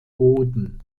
boden